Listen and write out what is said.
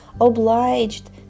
obliged